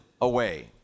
away